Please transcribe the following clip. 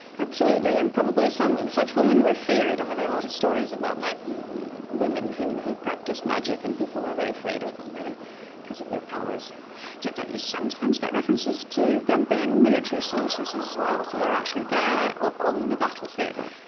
absolutely and probably some such women were feared. i mean there a lot of stories about mad women who who practice magic and people were very afraid of them really because of their powers you sometimes get references to them being military sorceresses as well so they're actually there on the battlefield.